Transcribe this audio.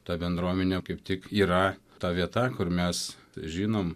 ta bendruomenė kaip tik yra ta vieta kur mes žinom